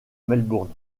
melbourne